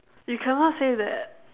you cannot say that